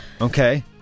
Okay